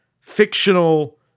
fictional